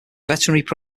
veterinary